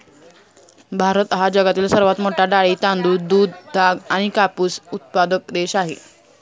भारत हा जगातील सर्वात मोठा डाळी, तांदूळ, दूध, ताग आणि कापूस उत्पादक देश आहे